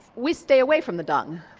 we stay away from the dung.